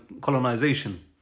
colonization